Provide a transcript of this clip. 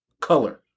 color